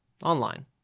Online